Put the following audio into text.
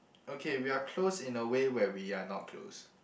okay we are close in a way where we are not close